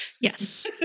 Yes